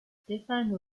stéphane